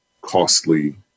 costly